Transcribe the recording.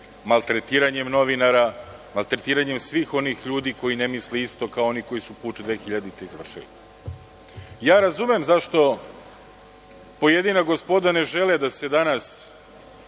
maltretiranjem novinara, maltretiranjem svih onih ljudi koji ne misle isto kao oni koji su puč 2000. godine izvršili. Razumem zašto pojedina gospoda ne žele da se danas